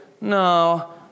no